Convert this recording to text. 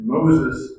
Moses